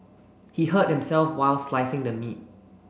he hurt himself while slicing the meat